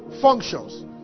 functions